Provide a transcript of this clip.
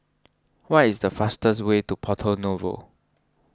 what is the fastest way to Porto Novo